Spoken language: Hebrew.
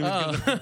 אני מתכוון,